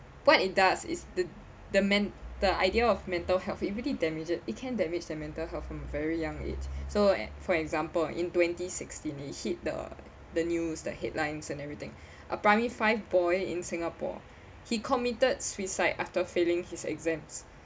what it does is the the men~ the idea of mental health it really damage it can damage their mental health from a very young age so ex~ for example in twenty sixteen it hit the the news the headlines and everything a primary five boy in singapore he committed suicide after failing his exams